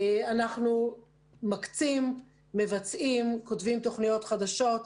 אנחנו מקצים, מבצעים, כותבים תוכניות חדשות.